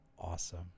awesome